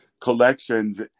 collections